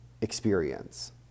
experience